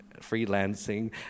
freelancing